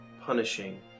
punishing